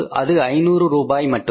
அது 500 ரூபாய் மட்டுமே